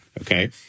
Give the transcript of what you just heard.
okay